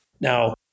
Now